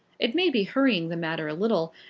it may be hurrying the matter a little,